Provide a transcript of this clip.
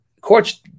Courts